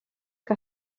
que